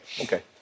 okay